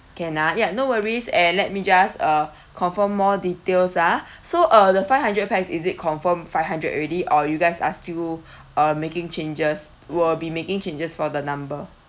can ah ya no worries and let me just uh confirm more details ah so uh the five hundred pax is it confirmed five hundred already or you guys are still uh making changes will be making changes for the number